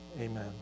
amen